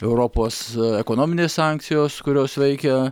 europos ekonominės sankcijos kurios veikia